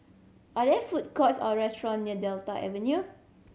are there food courts or restaurant near Delta Avenue